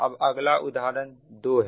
अब अगला उदाहरण दो है